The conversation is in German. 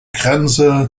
grenze